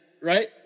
right